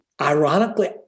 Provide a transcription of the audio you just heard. Ironically